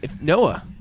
Noah